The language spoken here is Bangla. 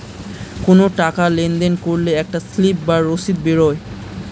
কোনো টাকা লেনদেন করলে একটা স্লিপ বা রসিদ বেরোয়